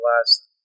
last